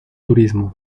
turismo